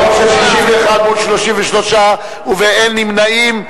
ברוב של 61 מול 33 ובאין נמנעים,